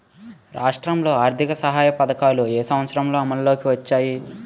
రాష్ట్రంలో ఆర్థిక సహాయ పథకాలు ఏ సంవత్సరంలో అమల్లోకి వచ్చాయి?